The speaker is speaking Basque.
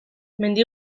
mendi